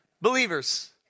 Believers